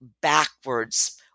backwards